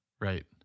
Right